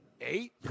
eight